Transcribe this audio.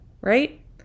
right